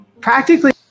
practically-